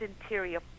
interior